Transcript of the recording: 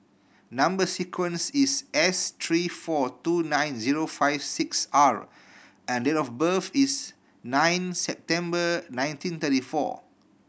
number sequence is S three four two nine zero five six R and date of birth is nine September nineteen thirty four